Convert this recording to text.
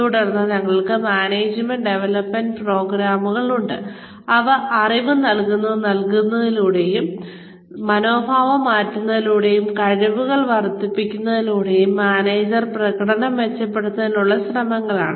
തുടർന്ന് ഞങ്ങൾക്ക് management development പ്രോഗ്രാമുകൾ ഉണ്ട് അവ അറിവ് പകർന്നു നൽകുന്നതിലൂടെയും മനോഭാവം മാറ്റുന്നതിലൂടെയും കഴിവുകൾ വർദ്ധിപ്പിക്കുന്നതിലൂടെയും മാനേജർ പ്രകടനം മെച്ചപ്പെടുത്തുന്നതിനുള്ള ശ്രമങ്ങളാണ്